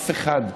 אף אחד,